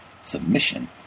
submission